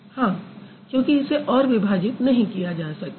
हाँ क्योंकि इसे और विभाजित नहीं किया जा सकता